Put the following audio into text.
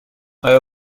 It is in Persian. آیا